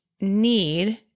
need